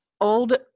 old